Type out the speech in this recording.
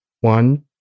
one